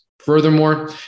Furthermore